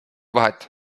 vahet